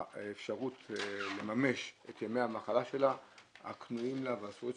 באפשרות לממש את ימי המחלה הקנויים לה ואת הזכויות.